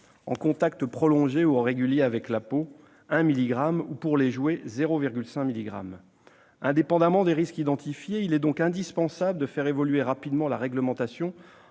en contact prolongé ou régulier avec la peau : 1 milligramme ou, pour les jouets, 0,5 milligramme. Indépendamment des risques identifiés, il est donc indispensable de faire évoluer rapidement la réglementation